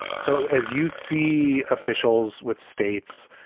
so, as you see, officials with states,